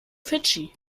fidschi